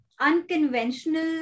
unconventional